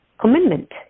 commitment